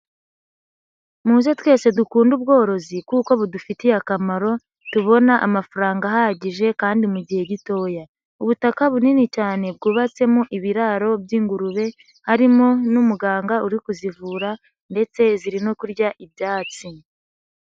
Muze twese dukunde ubworozi kuko budufitiye akamaro tubona amafaranga ahagije kandi mu gihe gitoya, ubutaka bunini cyane bwubatsemo ibiraro by'ingurube harimo n'umuganga uri kuzivura ndetse ziri no kurya ibyatsi.